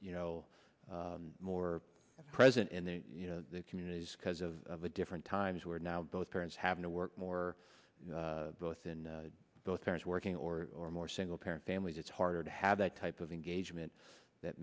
you know more of a present and then you know the communities because of the different times were now both parents having to work more both in both parents working or or more single parent families it's harder to have that type of engagement that